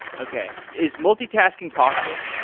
okay. is multitasking possible?